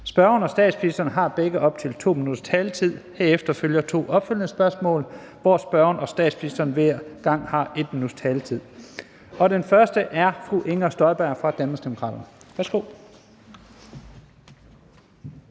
Spørgeren og statsministeren har begge op til 2 minutters taletid, og herefter følger to opfølgende spørgsmål, hvor spørgeren og statsministeren hver gang har 1 minuts taletid. Den første spørger er fru Inger Støjberg fra Danmarksdemokraterne.